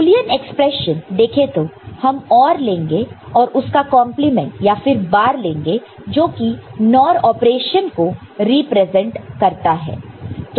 Boolean expression देखें तो हम OR लेंगे और उसका कंपलीमेंट या फिर बार लेंगे जो कि NOR ऑपरेशन को रिप्रेजेंट करता है